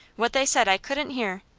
what they said i couldn't hear,